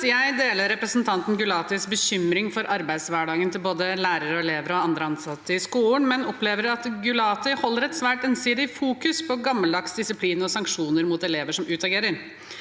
Jeg deler represen- tanten Gulatis bekymring for arbeidshverdagen til både elever og lærere og andre ansatte i skolen, men opplever at Gulati holder et svært ensidig fokus på gammeldags disiplin og sanksjoner mot elever som utagerer.